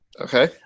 okay